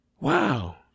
Wow